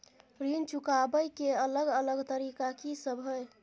ऋण चुकाबय के अलग अलग तरीका की सब हय?